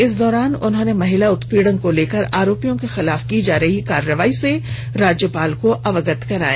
इस दौरान उन्होंने महिला उत्पीड़न को लेकर आरोपियों के खिलाफ की जा रही कार्रवाई से राज्यपाल को अवगत कराया